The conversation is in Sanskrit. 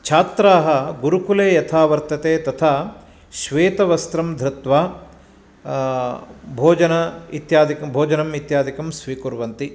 छात्राः गुरुकुले यथा वर्तते तथा श्वेतवस्त्रं धृत्वा भोजनम् इत्यादिकं भोजनं इत्यादिकं स्वीकुर्वन्ति